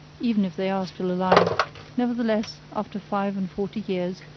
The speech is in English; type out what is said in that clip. even if they are still alive nevertheless, after five-and-forty years,